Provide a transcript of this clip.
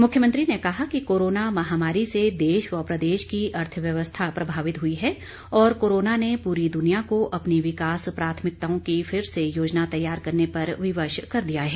मुख्यमंत्री ने कहा कि कोरोना महामारी से देश व प्रदेश की अर्थव्यवस्था प्रभावित हुई है और कोरोना ने पूरी दुनिया को अपनी विकास प्राथमिकताओं की फिर से योजना तैयार करने पर विवश कर दिया है